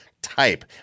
type